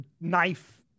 knife